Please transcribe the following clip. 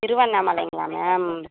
திருவண்ணாமலைங்களா ma'am